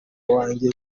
wange